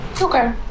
Okay